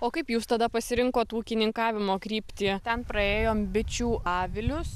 o kaip jūs tada pasirinkot ūkininkavimo kryptį ten praėjom bičių avilius